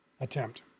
attempt